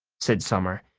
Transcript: said summer,